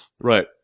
Right